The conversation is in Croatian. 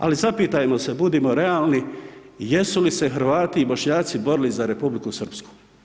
Ali zapitajmo se budimo realni, jesu li se Hrvati i Bošnjaci borili za Republiku Srpsku?